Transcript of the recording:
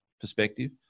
perspective